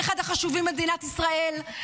שהוא אחד החשובים במדינת ישראל,